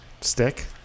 Stick